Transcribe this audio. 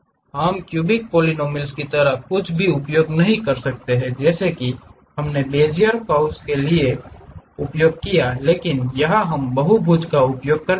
और हम cubic polynomials की तरह कुछ भी उपयोग नहीं करते हैं जैसे कि हमने बेज़ियर कर्व्स के लिए क्या उपयोग किया है लेकिन यहां हम बहुभुज का उपयोग करते हैं